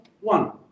one